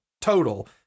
total